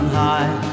high